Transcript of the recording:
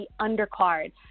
undercard